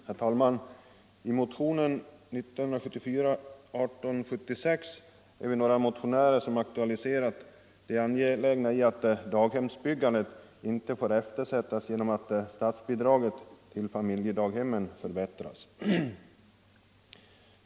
Herr talman! I motionen 1876 har några medmotionärer och jag framhållit det angelägna i att daghemsbyggandet inte eftersätts på grund av att statsbidraget till familjedaghem förbättras.